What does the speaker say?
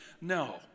No